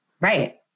right